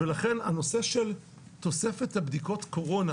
לכן הנושא של תוספת בדיקות קורונה